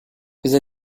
bize